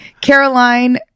Caroline